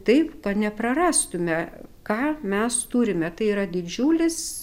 taip kad neprarastume ką mes turime tai yra didžiulis